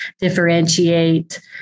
differentiate